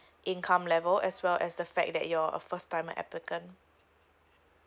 income level as well as the fact that your uh a first timer applicant